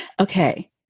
okay